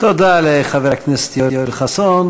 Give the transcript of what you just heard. תודה לחבר הכנסת יואל חסון.